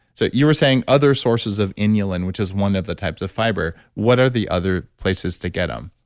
so you were saying other sources of inulin, which is one of the types of fiber what are the other places to get them?